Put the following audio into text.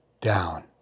down